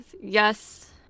yes